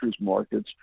markets